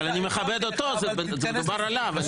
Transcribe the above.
אבל אני מכבד אותו, מדובר עליו.